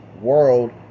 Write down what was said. world